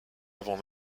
avant